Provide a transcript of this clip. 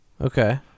Okay